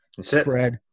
spread